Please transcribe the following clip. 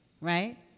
right